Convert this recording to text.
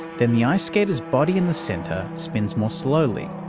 then the ice skater's body in the centre spins more slowly.